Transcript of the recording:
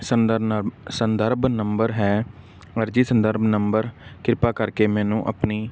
ਸੰਦਰ ਨ ਸੰਦਰਭ ਨੰਬਰ ਹੈ ਅਰਜ਼ੀ ਸੰਦਰਭ ਨੰਬਰ ਕਿਰਪਾ ਕਰਕੇ ਮੈਨੂੰ ਆਪਣੀ